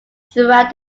throughout